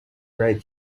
right